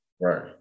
Right